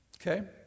Okay